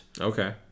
Okay